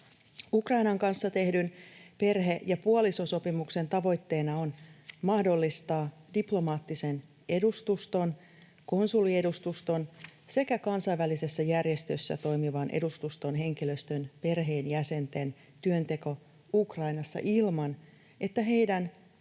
Ukrainan kanssa tehdyn perhe- ja puolisosopimuksen tavoitteena on mahdollistaa diplomaattisen edustuston, konsuliedustuston sekä kansainvälisessä järjestössä toimivan edustuston henkilöstön perheenjäsenten työnteko Ukrainassa ilman, että heidän...